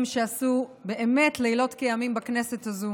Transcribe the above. שעשו באמת לילות כימים בכנסת הזאת.